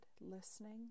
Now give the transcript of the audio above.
listening